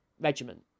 regiment